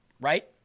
right